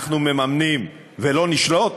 אנחנו מממנים ולא נשלוט?